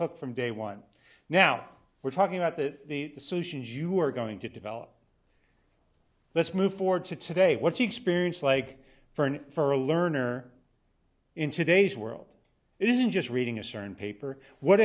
hooked from day one now we're talking about the solutions you are going to develop let's move forward to today what's the experience like for an for a learner in today's world isn't just reading a cern paper what